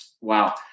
Wow